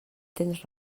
tens